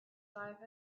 life